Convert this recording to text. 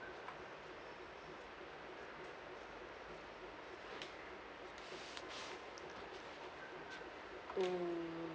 mm